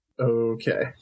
Okay